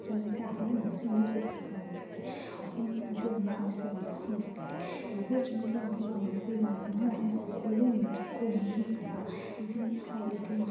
জানো যে আমাৰ নাচি আমি খুব ভাল পাওঁ আমি অসমীয়া অসমীয়া নাতি আমাৰ হৈছে বিহু সংস্কৃতিক বিহুৰ যোনটো আমি ভোগালী বিহু মাঘ বিহুত আমি সকলোৱে নৃত্য কৰিহি ভাল পাওঁ যিয়ে হওক এতিয়া